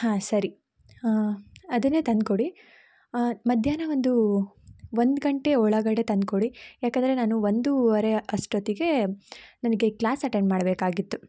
ಹಾಂ ಸರಿ ಅದನ್ನೇ ತಂದುಕೊಡಿ ಮಧ್ಯಾಹ್ನ ಒಂದು ಒಂದು ಗಂಟೆ ಒಳಗಡೆ ತಂದುಕೊಡಿ ಯಾಕಂದರೆ ನಾನು ಒಂದುವರೆ ಅಷ್ಟೊತ್ತಿಗೆ ನನಗೆ ಕ್ಲಾಸ್ ಅಟೆಂಡ್ ಮಾಡಬೇಕಾಗಿತ್ತು